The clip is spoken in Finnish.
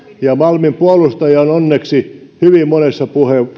malmin puolustajia on onneksi hyvin monessa